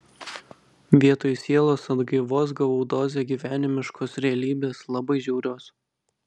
vietoj sielos atgaivos gavau dozę gyvenimiškos realybės labai žiaurios